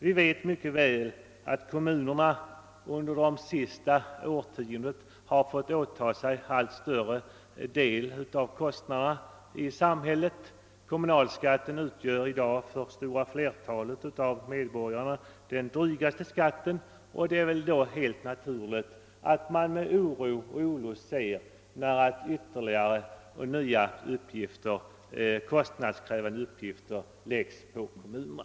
Vi vet mycket väl att kommunerna under det senaste årtiondet har fått ta på sig en allt större del av kostnaderna i samhället. Kommunalskatten utgör i dag för det stora flertalet av medborgarna den drygaste skatten, och det är då helt naturligt att man med oro ser att ytterligare kostnadskrävande uppgifter läggs på kommunerna.